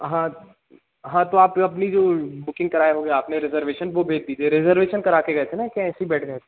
हाँ हाँ तो आप जो अपनी जो बुकिंग कराए होंगे आपने रिज़र्वेशन वो भेज दीजिए रिज़र्वेशन करा कर गए थे ना कि ऐसे बैठ गए थे